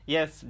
Yes